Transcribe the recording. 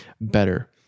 better